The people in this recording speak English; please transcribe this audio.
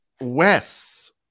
Wes